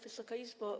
Wysoka Izbo!